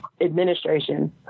administration